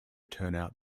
turnout